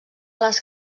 les